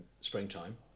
springtime